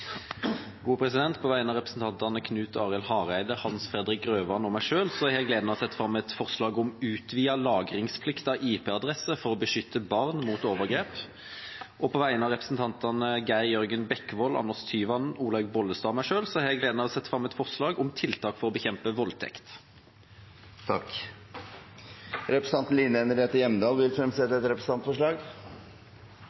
På vegne av representantene Knut Arild Hareide, Hans Fredrik Grøvan og meg selv har jeg gleden av å sette fram et forslag om lagringsplikt av IP-adresser for å beskytte barn mot overgrep. Og på vegne av representantene Geir Jørgen Bekkevold, Anders Tyvand, Olaug V. Bollestad og meg selv har jeg gleden av å sette fram et forslag om tiltak for å bekjempe voldtekt. Representanten Line Henriette Hjemdal vil fremsette